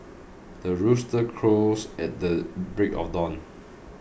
the rooster crows at the break of dawn